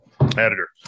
editor